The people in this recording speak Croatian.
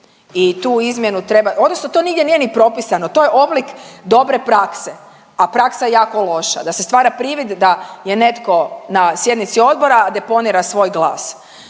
i tu izmjenu treba odnosno to nigdje nije ni propisano, to je oblik dobre prakse, a praksa je jako loša, da se stvara privid da je netko na sjednici odbora, a deponira svoj glas.